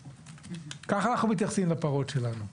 כך אנחנו מתייחסים לפרות שלנו.